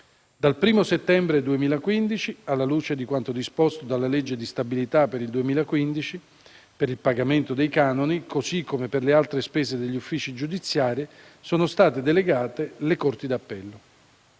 Dal 1° settembre 2015, alla luce di quanto disposto dalla legge di stabilità per il 2015, per il pagamento dei canoni, così come per le altre spese degli uffici giudiziari, sono state delegate le Corti d'appello.